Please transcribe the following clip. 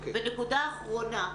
ונקודה אחרונה.